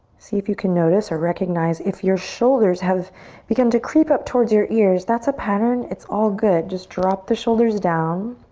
see if you can notice or recognize if your shoulders have begun to creep up towards you ears. that's a pattern, it's all good. just drop the shoulders down.